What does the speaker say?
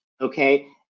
okay